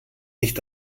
nicht